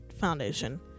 foundation